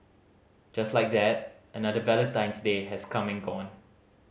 just like that another Valentine's Day has coming and gone